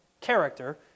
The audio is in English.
character